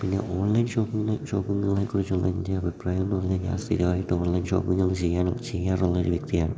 പിന്നെ online shopping ഷോപ്പിംഗിനെ കുറിച്ചുള്ള എൻ്റെ അഭിപ്രായം എന്നു പറഞ്ഞാൽ ജാസ്തിയായിട്ടുള്ള ഓൺലൈൻ ഷോപ്പിംങ്ങ് നമ്മൾ ചെയ്യ ചെയ്യാറുള്ള ഒരു വ്യക്തിയാണ്